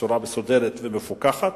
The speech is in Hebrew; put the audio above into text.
בצורה מסודרת ומפוקחת,